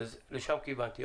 לשם כיוונתי.